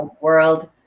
world